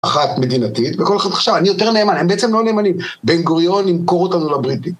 אחת מדינתית וכל אחד חשב אני יותר נאמן הם בעצם לא נאמנים בן גוריון ימכור אותנו לבריטים.